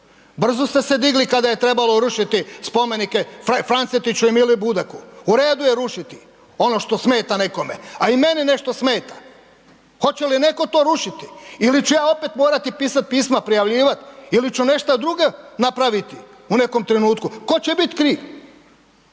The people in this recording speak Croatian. Brzo ste se digli kada je trebalo rušiti spomenike Francetiću i Mili Budaku, u redu je rušiti ono što smeta nekome, a i mene nešto smeta. Hoće li netko to rušiti ili ću ja opet morati pisati pisma, prijavljivat ili ću nešto druge napraviti u nekom trenutku, tko će bit' kriv?